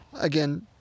Again